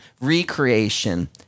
recreation